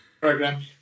program